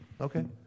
Okay